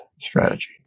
strategy